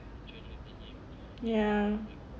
ya